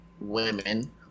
women